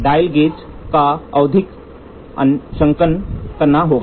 dial gauge का आवधिक अंशांकन करना होगा